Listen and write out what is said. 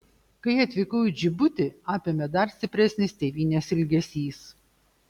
kai atvykau į džibutį apėmė dar stipresnis tėvynės ilgesys